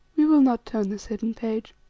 we will not turn this hidden page.